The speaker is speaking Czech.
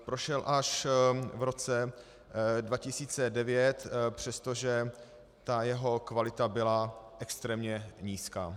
Prošel až v roce 2009, přestože jeho kvalita byla extrémně nízká.